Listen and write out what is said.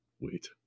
Wait